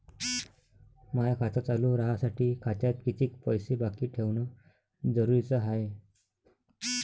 माय खातं चालू राहासाठी खात्यात कितीक पैसे बाकी ठेवणं जरुरीच हाय?